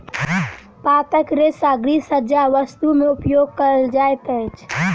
पातक रेशा गृहसज्जा वस्तु में उपयोग कयल जाइत अछि